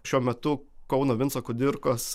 šiuo metu kauno vinco kudirkos